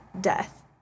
death